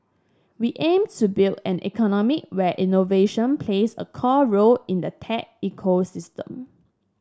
we aim to build an economy where innovation plays a core role in the tech ecosystem